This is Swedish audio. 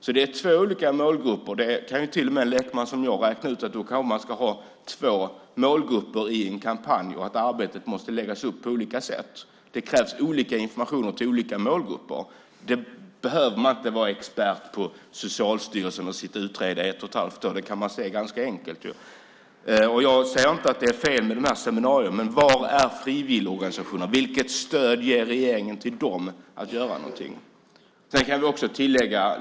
Det är två olika målgrupper. Då kan till och med en lekman som jag räkna ut att då kanske man ska ha två målgrupper i en kampanj och att arbetet måste läggas upp på olika sätt. Det krävs olika informationer till olika målgrupper. Det behöver man inte vara expert på Socialstyrelsen och utreda i ett och ett halvt år för att se. Det kan man se ganska enkelt. Jag säger inte att det är fel med de här seminarierna, men var finns frivilligorganisationerna? Vilket stöd ger regeringen till dem så att de kan göra någonting?